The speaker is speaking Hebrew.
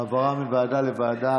העברה מוועדה לוועדה,